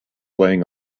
laying